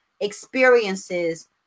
experiences